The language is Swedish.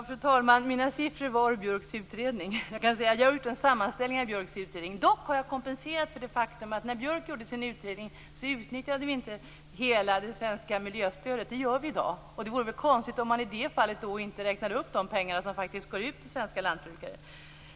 Fru talman! Mina siffror var ur Björks utredning. Jag har gjort en sammanställning av Björks utredning. Dock har jag kompenserat för det faktum att när Björk gjorde sin utredning utnyttjade vi inte hela det svenska miljöstödet. Det gör vi i dag, och det vore väl konstigt då om man i det fallet inte räknade upp de pengar som faktiskt går ut till svenska lantbrukare.